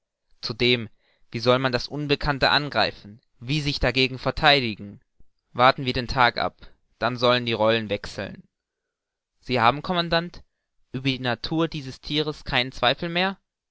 zudem wie soll man das unbekannte angreifen wie sich dagegen vertheidigen warten wir den tag ab dann sollen die rollen wechseln sie haben commandant über die natur des thieres keinen zweifel mehr